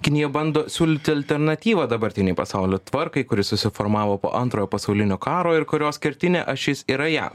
kinija bando siūlyti alternatyvą dabartinei pasaulio tvarkai kuri susiformavo po antrojo pasaulinio karo ir kurios kertinė ašis yra jav